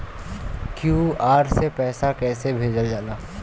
QR से पैसा कैसे भेजल जाला?